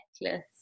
necklace